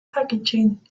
packaging